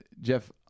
Jeff